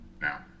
Now